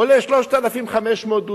עולה 3,500 ש"ח,